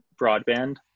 broadband